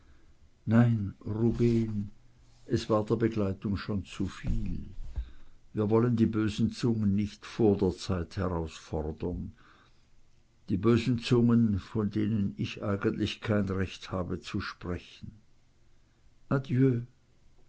nein rubehn es war der begleitung schon zuviel wir wollen die bösen zungen nicht vor der zeit herausfordern die bösen zungen von denen ich eigentlich kein recht habe zu sprechen